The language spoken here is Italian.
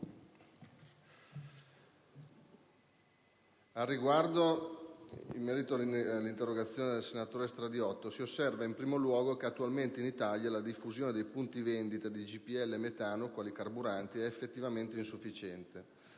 Presidente, in merito all'interrogazione presentata dal senatore Stradiotto, si osserva in primo luogo che attualmente in Italia la diffusione dei punti vendita di GPL e metano, quali carburanti, è effettivamente insufficiente.